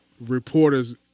reporters